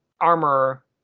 armor